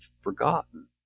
forgotten